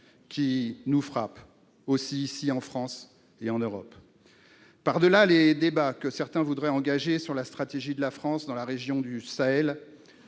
qui nous frappe ici aussi, en France et en Europe. Par-delà les débats que certains voudraient engager sur la stratégie de la France dans la région du Sahel,